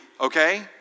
okay